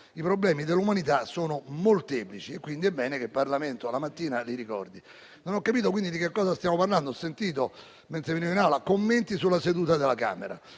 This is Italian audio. I problemi dell'umanità - ripeto - sono molteplici, quindi è bene che il Parlamento la mattina li ricordi. Non ho capito quindi di che cosa stiamo parlando. Mentre entravo in Aula ho sentito commenti sulla seduta della Camera